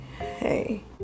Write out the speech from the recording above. Hey